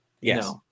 Yes